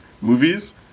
movies